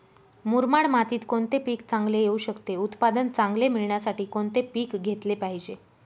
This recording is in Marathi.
मुरमाड मातीत कोणते पीक चांगले येऊ शकते? उत्पादन चांगले मिळण्यासाठी कोणते पीक घेतले पाहिजे?